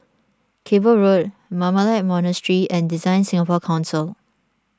Cable Road Carmelite Monastery and Design Singapore Council